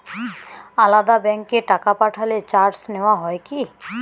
আলাদা ব্যাংকে টাকা পাঠালে চার্জ নেওয়া হয় কি?